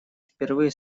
впервые